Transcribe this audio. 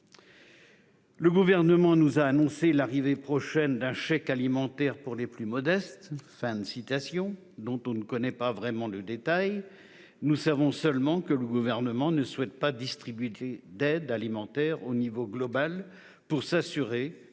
Le Gouvernement nous a annoncé la création prochaine d'un « chèque alimentaire pour les plus modestes », dont on ne connaît aucun détail. Nous savons seulement que le Gouvernement ne « souhaite pas distribuer d'aide alimentaire au niveau global, pour s'assurer que les consommateurs ne fassent